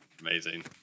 Amazing